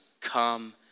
come